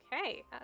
Okay